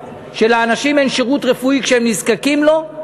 שלאנשים אין שירות רפואי כשהם נזקקים לו,